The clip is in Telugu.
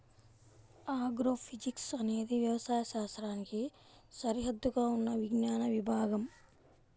ఆగ్రోఫిజిక్స్ అనేది వ్యవసాయ శాస్త్రానికి సరిహద్దుగా ఉన్న విజ్ఞాన విభాగం